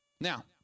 Now